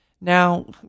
Now